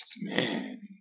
man